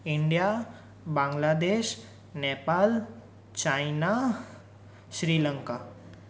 India Bangladesh Nepal China Sri Lanka